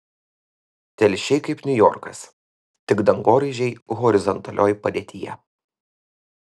telšiai kaip niujorkas tik dangoraižiai horizontalioj padėtyje